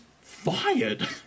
fired